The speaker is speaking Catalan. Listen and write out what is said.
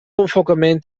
enfocament